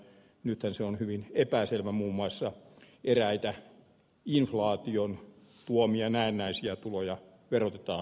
mitä se on hyvin epäselvä muun muassa pylväitä inflaation tuomia näennäisiä tuloja verotetaan